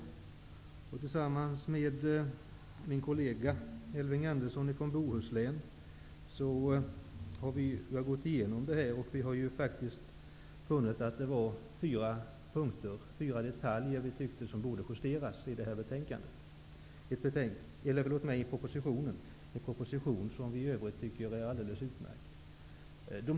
Jag har tillsammans med min kollega Elving Andersson från Bohuslän gått igenom detta, och vi har funnit fyra detaljpunkter som borde justeras i propositionen, vilken vi i övrigt tycker är alldeles utmärkt.